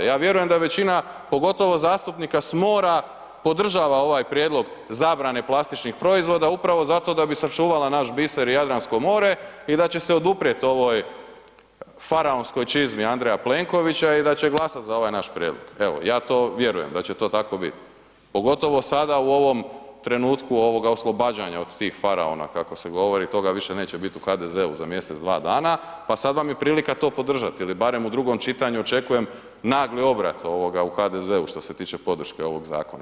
Ja vjerujem da je većina, pogotovo zastupnika s mora podržava ovaj prijedlog zabrane plastičnih proizvoda upravo zato da bi sačuvala naš biser Jadransko more i da će se oduprijet ovoj faraonskoj čizmi Andreja Plenkovića i da će glasat za ovaj naš prijedlog, evo ja to vjerujem da će to tako bit, pogotovo sada u ovom trenutku ovoga oslobađanja od tih faraona kako se govori, toga više neće bit u HDZ-u za mjesec dva dana, pa sad vam je prilika to podržat ili barem u drugom čitanju očekujem nagli obrat ovoga u HDZ-u što se tiče podrške ovog zakona.